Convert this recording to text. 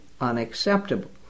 unacceptable